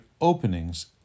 openings